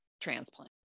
transplant